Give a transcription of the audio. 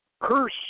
curse